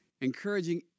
encouraging